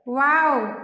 wow